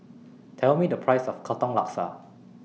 Tell Me The Price of Katong Laksa